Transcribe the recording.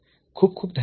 खूप खूप धन्यवाद